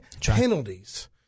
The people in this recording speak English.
penalties